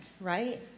right